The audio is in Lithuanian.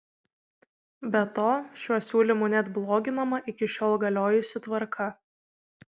be to šiuo siūlymu net bloginama iki šiol galiojusi tvarka